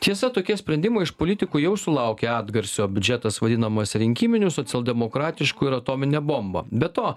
tiesa tokie sprendimai iš politikų jau sulaukė atgarsio biudžetas vadinamas rinkiminiu socialdemokratišku ir atomine bomba be to